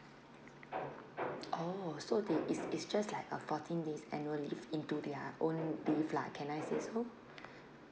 oh so they is is just like a fourteen days annual leave into their own leave lah can I say so